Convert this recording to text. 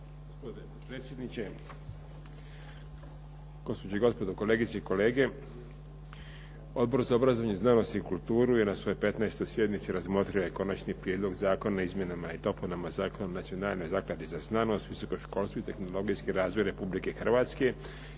Gospodine potpredsjedniče, gospođe i gospodo kolegice i kolege. Odbor za obrazovanje, znanost i kulturu je na svojoj 15. sjednici razmotrio je Konačni prijedlog zakona o izmjenama i dopunama Zakona o Nacionalnoj zakladi za znanost, visokom školstvu i tehnologijski razvoj Republike Hrvatske i to